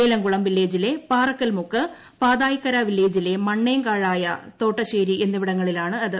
ഏലംകുളം വില്ലേജിലെ പാറക്കൽമുക്ക് പാതായ്ക്കര വില്ലേജിലെ മണ്ണേങ്കഴായ തോട്ടശേരി എന്നിവിടങ്ങളിലാണിത്